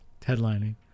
headlining